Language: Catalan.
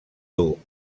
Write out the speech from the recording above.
dur